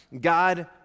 God